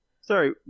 Sorry